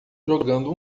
jogando